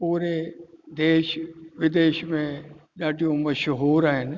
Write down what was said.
पूरे देश विदेश में ॾाढियूं मशहूरु आहिनि